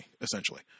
essentially